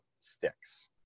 sticks